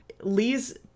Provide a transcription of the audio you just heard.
Lee's